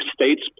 states